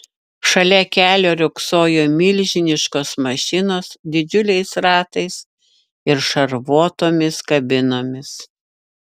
šalia kelio riogsojo milžiniškos mašinos didžiuliais ratais ir šarvuotomis kabinomis